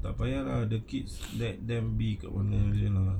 tak payah lah the kids let them be kat mana jer lah